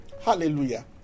Hallelujah